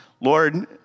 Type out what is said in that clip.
Lord